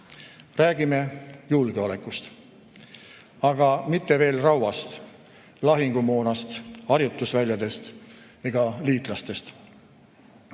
Räägime julgeolekust. Aga mitte veel rauast, lahingumoonast, harjutusväljadest ega liitlastest.